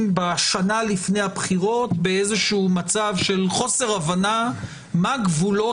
שנה לפני הבחירות במצב של חוסר הבנה מה גבולות